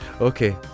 Okay